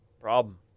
Problem